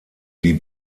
die